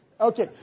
Okay